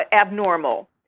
abnormal